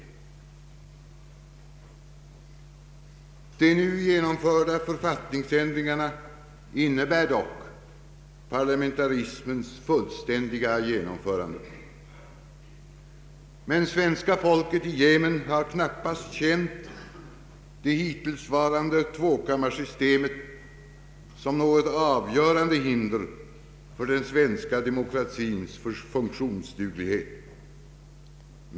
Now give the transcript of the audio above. De nu genomförda författningsändringarna innebär dock parlamentarismens fullständiga genomförande, Men svenska folket i gemen har knappast känt det hittillsvarande tvåkammarsystemet som något avgörande hinder för den svenska demokratins funktionsduglighet.